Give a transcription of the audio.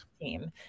team